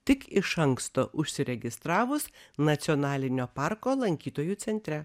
tik iš anksto užsiregistravus nacionalinio parko lankytojų centre